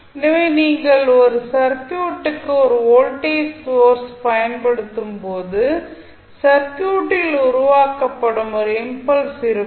எனவே நீங்கள் ஒரு சர்க்யூட்டுக்கு ஒரு வோல்டேஜ் சோர்ஸ் பயன்படுத்தும்போது சர்க்யூட்டில் உருவாக்கப்படும் ஒரு இம்பல்ஸ் இருக்கும்